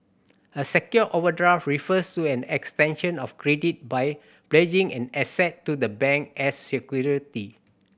a secured overdraft refers to an extension of credit by pledging an asset to the bank as security